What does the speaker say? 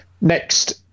Next